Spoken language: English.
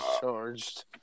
charged